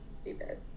stupid